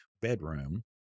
bedroom